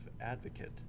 advocate